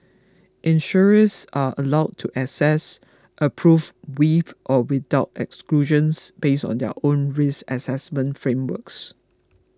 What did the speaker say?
insurers are allowed to assess approve with or without exclusions based on their own risk assessment frameworks